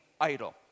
idol